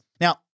Now